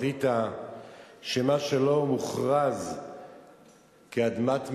החליטה שמה שלא מוכרז כאדמת מדינה,